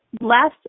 last